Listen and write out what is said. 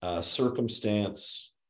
circumstance